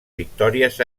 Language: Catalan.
victòries